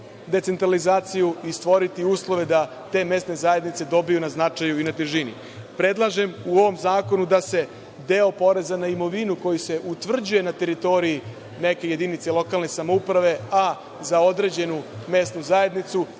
decentralizaciju i stvoriti uslove da te mesne zajednice dobiju na značaju i težini. Predlažem u ovom zakonu da se deo poreza na imovinu koji se utvrđuje na teritoriji neke jedinice lokalne samouprave, a za određenu mesnu zajednicu,